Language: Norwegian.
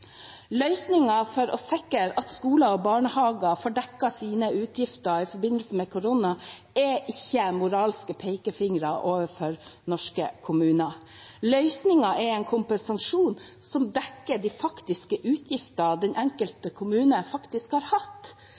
for å sikre at skoler og barnehager får dekket sine utgifter i forbindelse med korona, er ikke moralske pekefingre overfor norske kommuner. Løsningen er en kompensasjon som dekker de faktiske utgiftene den enkelte kommune har hatt.